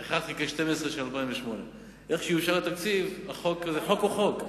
לפי 1 חלקי 12 של 2008. החוק הוא חוק ומייד כשיאושר התקציב הם יעבירו.